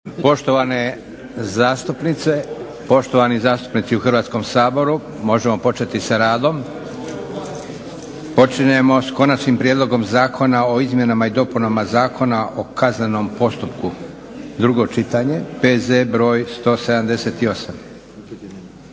Poštovane zastupnice, poštovani zastupnici u Hrvatskom saboru možemo početi sa radom. Počinjemo sa - Konačni prijedlog zakona o izmjenama i dopunama Zakona o kaznenom postupku, drugo čitanje, P.Z. br. 178.